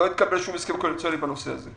לא התקבל שום הסכם קואליציוני בנושא הזה.